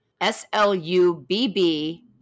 S-L-U-B-B